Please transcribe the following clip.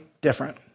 different